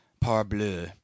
parbleu